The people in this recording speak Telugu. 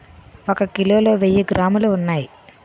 ఒక కిలోలో వెయ్యి గ్రాములు ఉన్నాయి